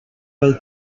del